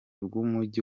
bw’umujyi